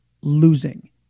losing